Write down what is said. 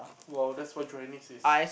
!wow! that's what is